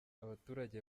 abaturage